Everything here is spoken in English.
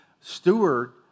steward